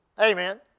Amen